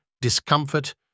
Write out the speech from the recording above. discomfort